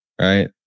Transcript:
Right